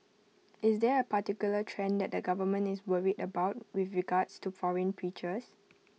is there A particular trend that the government is worried about with regards to foreign preachers